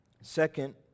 Second